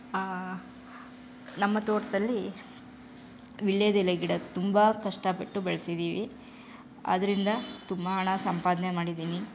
ನಮ್ಮ ತೋಟದಲ್ಲಿ ವೀಳ್ಯದೆಲೆ ಗಿಡ ತುಂಬ ಕಷ್ಟಪಟ್ಟು ಬೆಳ್ಸಿದ್ದೀವಿ ಅದರಿಂದ ತುಂಬ ಹಣ ಸಂಪಾದನೆ ಮಾಡಿದ್ದೀನಿ